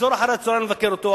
לחזור אחר-הצהריים לבקר אותו,